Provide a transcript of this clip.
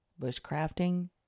bushcrafting